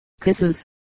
kisses